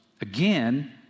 Again